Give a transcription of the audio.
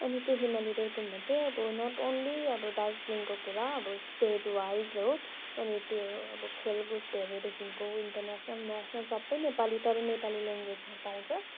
अब त्यो हिमालय दर्पणमा चाहिँ अब नट ओनली अब दार्जिलिङको कुरा अब स्टेट वाइज हो अनि त्यो अब खेलकुदहरूदेखिको इन्टर्नेसल नेसनल सब नेपाली तर नेपाली ल्याङ्ग्वेजमा पाउँछ